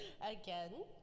Again